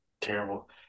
terrible